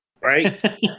right